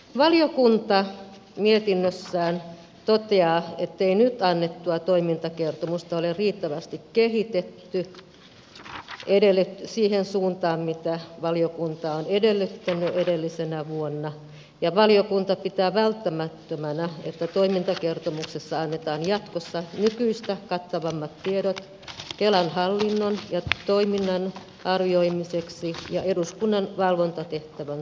valiokunta mietinnössään toteaa ettei nyt annettua toimintakertomusta ole riittävästi kehitetty siihen suuntaan mitä valiokunta on edellyttänyt edellisenä vuonna ja valiokunta pitää välttämättömänä että toimintakertomuksessa annetaan jatkossa nykyistä kattavammat tiedot kelan hallinnon ja toiminnan arvioimiseksi ja eduskunnan valvontatehtävän toteuttamiseksi